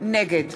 נגד